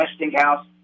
Westinghouse